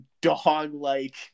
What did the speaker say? dog-like